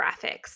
graphics